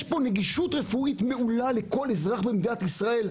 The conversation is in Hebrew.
יש פה נגישות רפואית מעולה לכל אזרח במדינת ישראל,